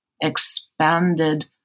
expanded